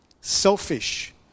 selfish